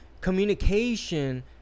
communication